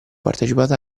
partecipato